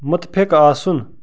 مُتفِق آسُن